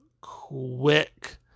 quick